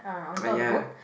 ah ya